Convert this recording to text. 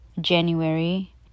January